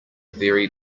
very